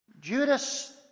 Judas